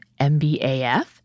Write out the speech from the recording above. MBAF